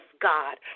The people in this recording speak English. God